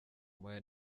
moya